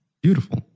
Beautiful